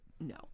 No